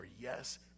yes